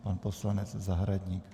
Pan poslanec Zahradník.